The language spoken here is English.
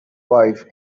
wife